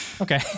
okay